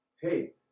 hey